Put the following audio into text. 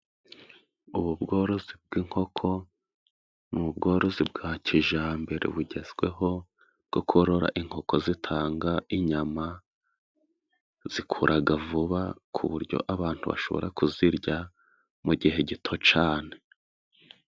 Ubu bworozi bw'inkoko, ni ubworozi bwa kijambere bugezweho bwo korora inkoko zitanga inyama .Zikuraga vuba ku buryo abantu bashobora kuzirya mu gihe gito cane.